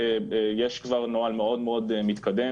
יש כבר נוהל מאוד מאוד מתקדם,